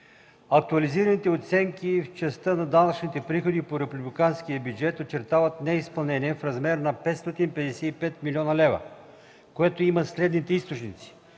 Актуализираните оценки в частта на данъчните приходи по републиканския бюджет очертават неизпълнение в размер на 555 млн. лв., което има следните източници: